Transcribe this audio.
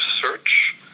search